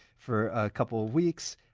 for a couple of weeks.